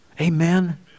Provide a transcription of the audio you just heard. amen